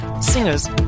singers